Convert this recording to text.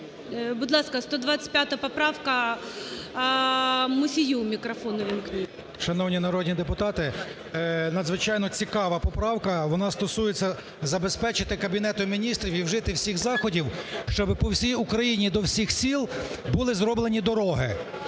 Шановні народні депутати, надзвичайно цікава поправка. Вона стосується забезпечити Кабінету Міністрів і вжити всіх заходів, щоби по всій Україні до всіх сіл були зроблені дороги.